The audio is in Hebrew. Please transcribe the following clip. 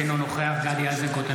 אינו נוכח גדי איזנקוט,